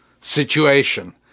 situation